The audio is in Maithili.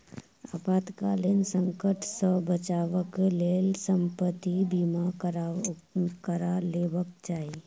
आपातकालीन संकट सॅ बचावक लेल संपत्ति बीमा करा लेबाक चाही